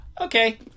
Okay